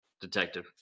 Detective